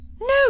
No